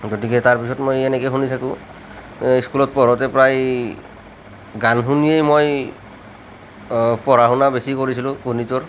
গতিকে তাৰ পিছত মই এনেকে শুনি থাকোঁ স্কুলত পঢ়োঁতে প্ৰায় গান শুনিয়ে মই পঢ়া শুনা বেছি কৰিছিলোঁ গণিতৰ